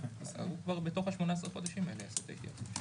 כבר בתוך ה-18 חודשים הם יעשו את ההתייעצות.